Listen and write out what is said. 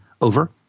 Over